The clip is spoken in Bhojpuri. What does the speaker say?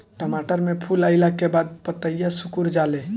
टमाटर में फूल अईला के बाद पतईया सुकुर जाले?